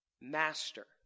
master